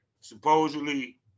supposedly